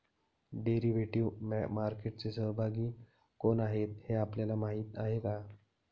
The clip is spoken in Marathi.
डेरिव्हेटिव्ह मार्केटचे सहभागी कोण आहेत हे आपल्याला माहित आहे का?